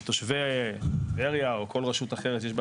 שתושבי טבריה או כל רשות אחרת שיש בה